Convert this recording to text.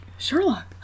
Sherlock